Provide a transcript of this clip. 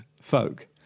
folk